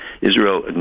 Israel